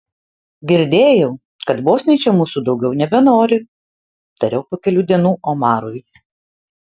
girdėjau kad bosniai čia mūsų daugiau nebenori tariau po kelių dienų omarui